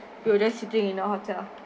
we were just sitting in a hotel